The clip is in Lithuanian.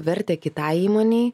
vertę kitai įmonei